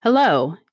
Hello